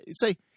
say